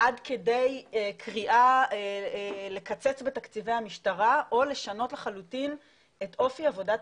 עד כדי קריאה לקצץ בתקציבי המשטרה או לשנות לחלוטין את אופי עבודת